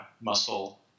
muscle